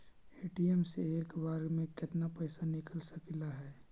ATM से एक बार मे केतना पैसा निकल सकले हे?